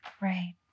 Right